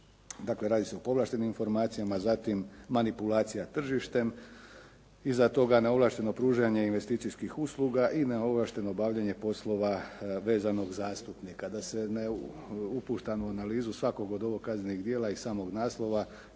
Dakle, radi se o povlaštenim informacijama. Zatim manipulacija tržištem. Iza toga neovlašteno pružanje investicijskih usluga i neovlašteno obavljanje poslova vezanog zastupnika. Da se ne upuštamo u analizu svakog od ovog kaznenih djela iz samog naslova